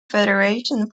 federation